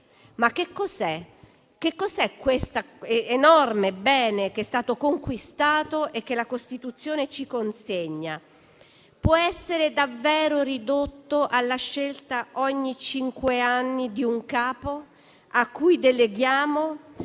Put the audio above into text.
ma che cos'è questo enorme bene che è stato conquistato e che la Costituzione ci consegna? Può essere davvero ridotto alla scelta ogni cinque anni di un capo a cui deleghiamo?